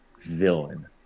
villain